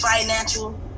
financial